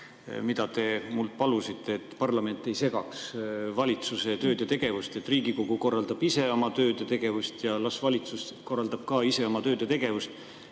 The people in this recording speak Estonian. mida te mult palusite, et parlament ei segaks valitsuse tööd ja tegevust, et Riigikogu korraldab ise oma tööd ja tegevust ja las valitsus korraldab ka ise oma tööd ja tegevust.